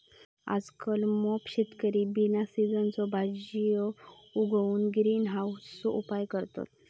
आजकल मोप शेतकरी बिना सिझनच्यो भाजीयो उगवूक ग्रीन हाउसचो उपयोग करतत